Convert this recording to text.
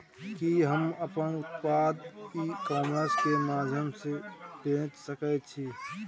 कि हम अपन उत्पाद ई कॉमर्स के माध्यम से बेच सकै छी?